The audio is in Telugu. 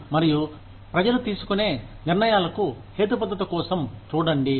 మరియు ప్రజలు తీసుకునే నిర్ణయాలకు హేతుబద్ధత కోసం చూడండి